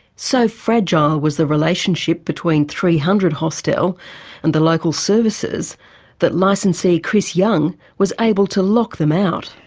so fragile was the relationship between three hundred hostel and the local services that licensee chris young was able to lock them out.